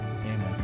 Amen